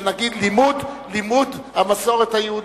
נגיד, של לימוד המסורת היהודית,